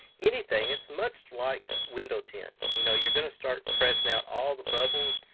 anything. it's much like window tint, you know you're gonna start pressing out all the bubbles,